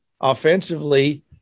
offensively